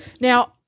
Now